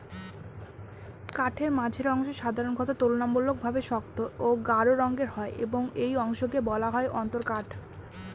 কাঠের মাঝের অংশ সাধারণত তুলনামূলকভাবে শক্ত ও গাঢ় রঙের হয় এবং এই অংশকে বলা হয় অন্তরকাঠ